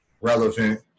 relevant